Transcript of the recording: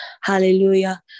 hallelujah